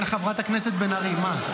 כן, חברת הכנסת בן ארי, מה?